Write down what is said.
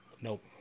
Nope